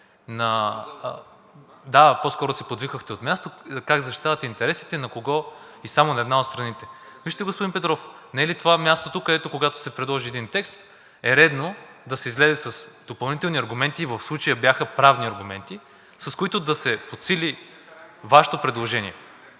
Да, по-скоро подвиквахте от място. Как защитават интересите, на кого и само на една от страните. Вижте, господин Петров, не е ли това мястото, където, когато се предложи един текст, е редно да се излезе с допълнителни аргументи – и в случая бяха правни аргументи, с които да се подсили Вашето предложение.